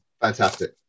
Fantastic